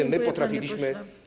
A my potrafiliśmy.